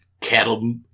cattle